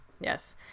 Yes